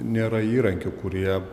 nėra įrankių kurie